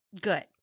Good